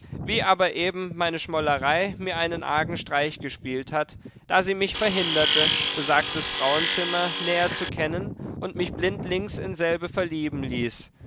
wie aber eben meine schmollerei mir einen argen streich gespielt hat da sie mich verhinderte besagtes frauenzimmer näher zu kennen und mich blindlings in selbe verlieben ließ